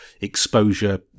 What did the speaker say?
exposure